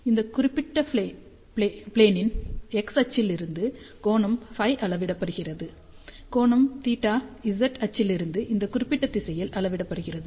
இந்த குறிப்பிட்ட ப்ளேனிம் x அச்சிலிருந்து கோணம் φ அளவிடப்படுகிறது கோணம் θ z அச்சிலிருந்து இந்த குறிப்பிட்ட திசையில் அளவிடப்படுகிறது